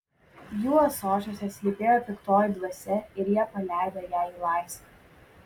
jų ąsočiuose slypėjo piktoji dvasia ir jie paleido ją į laisvę